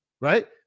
Right